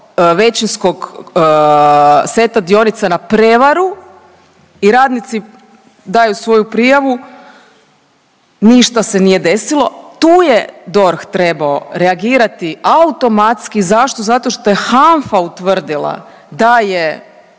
većinskog seta dionica na prevaru i radnici daju svoju prijavu, ništa se nije desilo. Tu je DORH trebao reagirati automatski. Zašto? Zato što je HANFA utvrdila da je